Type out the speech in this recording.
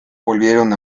volvieron